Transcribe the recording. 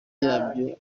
yabyo